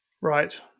right